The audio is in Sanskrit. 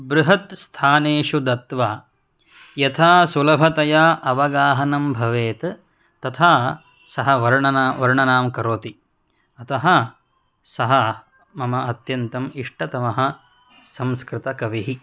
बृहत्स्थानेषु दत्वा यथा सुलभतया अवगाहनं भवेत् तथा सः वर्णनां करोति अतः सः मम अत्यन्तम् इष्टतमः संस्कृतकविः